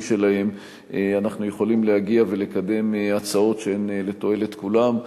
שלהם אנחנו יכולים להגיע ולקדם הצעות שהן לתועלת כולם.